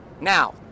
now